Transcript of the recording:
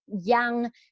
young